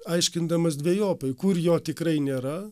aiškindamas dvejopai kur jo tikrai nėra